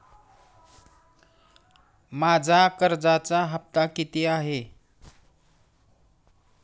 माझा कर्जाचा हफ्ता किती आहे?